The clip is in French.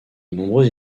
nombreuses